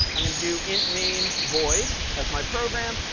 i'm going to do int main void as my program.